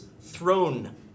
throne